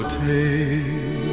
take